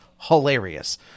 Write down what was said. Hilarious